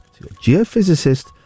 geophysicist